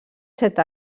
set